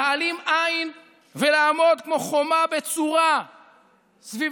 להעלים עין ולעמוד כמו חומה בצורה סביב